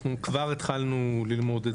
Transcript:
אנחנו כבר התחלנו ללמוד את זה.